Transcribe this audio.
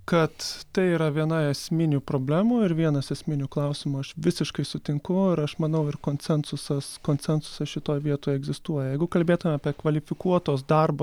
kad tai yra viena esminių problemų ir vienas esminių klausimų aš visiškai sutinku ir aš manau ir koncensusas koncensusas šitoj vietoj egzistuoja jeigu kalbėtume apie kvalifikuotos darbo